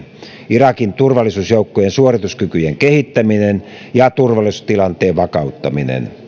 irakin turvallisuusjoukkojen suorituskykyjen kehittäminen ja turvallisuustilanteen vakauttaminen